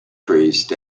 priest